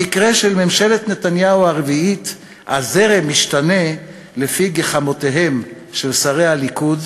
במקרה של ממשלת נתניהו הרביעית הזרם משתנה לפי גחמותיהם של שרי הליכוד,